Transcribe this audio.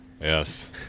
Yes